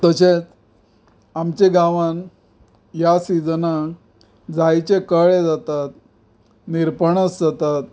तशेंच आमच्या गांवांत ह्या सिजनांत जायेचे कळे जातात निरपणस जातात